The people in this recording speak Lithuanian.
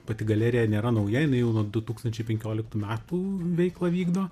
pati galerija nėra nauja jinai jau nuo du tūkstančiai penkioliktų metų veiklą vykdo